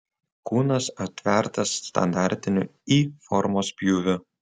kūnas atvertas standartiniu y formos pjūviu